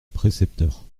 précepteur